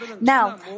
Now